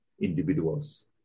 individuals